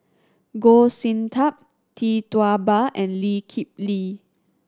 Goh Sin Tub Tee Tua Ba and Lee Kip Lee